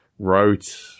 Wrote